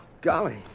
Golly